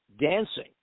dancing